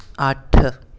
अट्ठ